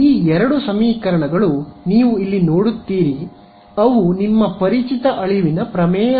ಈ ಎರಡು ಸಮೀಕರಣಗಳು ನೀವು ಇಲ್ಲಿ ನೋಡುತ್ತೀರಿ ಅವು ನಿಮ್ಮ ಪರಿಚಿತ ಅಳಿವಿನ ಪ್ರಮೇಯ